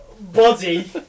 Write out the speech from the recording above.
body